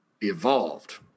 evolved